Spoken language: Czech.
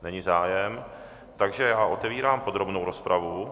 Není zájem, takže já otevírám podrobnou rozpravu.